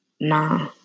nah